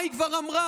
מה היא כבר אמרה,